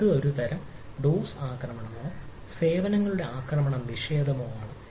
ഇത് ഒരു ഡോസ് തരം ആക്രമണമോ സേവനങ്ങളുടെ ആക്രമണ നിഷേധമോ ആണ്